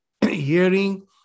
hearing